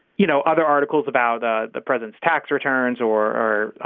you know other articles about the the president's tax returns or